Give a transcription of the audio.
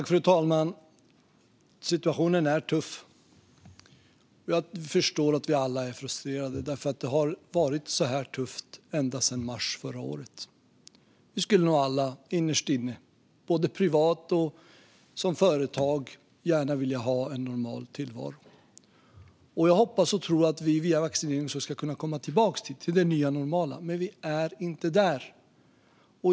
Fru talman! Situationen är tuff. Jag förstår att vi alla är frustrerade. Det har varit så här tufft ända sedan mars förra året. Vi skulle nog alla innerst inne, både privat och som företag, gärna vilja ha en normal tillvaro. Jag hoppas och tror att vi via vaccinering också ska kunna komma tillbaka till det nya normala, men vi är inte där.